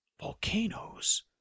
Volcanoes